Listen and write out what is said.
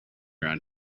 around